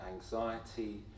anxiety